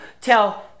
tell